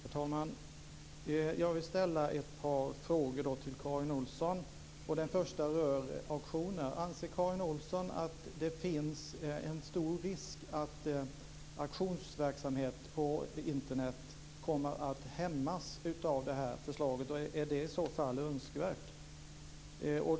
Herr talman! Jag vill ställa ett par frågor till Karin Olsson. Den första rör auktioner. Anser Karin Olsson att det finns en stor risk att auktionsverksamhet på Internet kommer att hämmas av förslaget? Är det i så fall önskvärt?